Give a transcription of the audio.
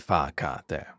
Fahrkarte